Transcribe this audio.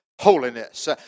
holiness